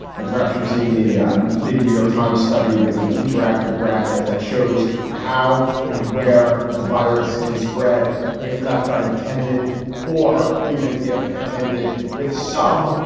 and perhaps you've seen the and big new york times study with an interactive graphic that shows how and where the virus can spread if left unattended or even if attended with some,